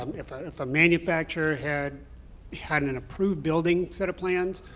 um if if a manufacturer had had an an approved building set of plans,